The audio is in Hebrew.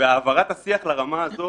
והעברת השיח לרמה הזו